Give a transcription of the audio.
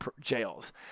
jails